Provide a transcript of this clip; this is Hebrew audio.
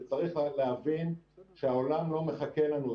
וצריך להבין שהעולם לא מחכה לנו.